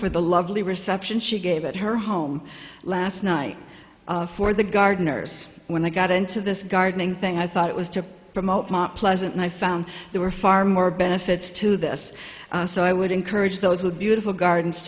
for the lovely reception she gave at her home last night for the gardeners when i got into this gardening thing i thought it was to promote pleasant and i found there were far more benefits to this so i would encourage those would be beautiful arden